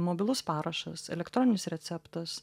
mobilus parašas elektroninis receptas